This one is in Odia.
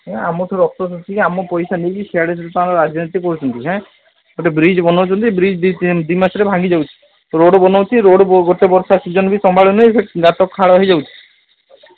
ଏ ଆମଠୁ ରକ୍ତ ଶୋଷିକି ଆମ ପଇସା ନେଇକି ସିଆଡ଼େ ତାଙ୍କର ରାଜନୀତି କରୁଛନ୍ତି ହାଁ ସେ ବ୍ରିଜ୍ ବନଉଛନ୍ତି ବ୍ରିଜ୍ ଦୁଇ ମାସରେ ଭାଙ୍ଗି ଯାଉଛି ରୋଡ଼୍ ବନଉଛି ରୋଡ଼୍ ଗୋଟେ ବର୍ଷା ସିଜନ୍ ବି ସମ୍ଭାଳୁନି ଗାତ ଖାଲ ହେୋଇ ଯାଉଛି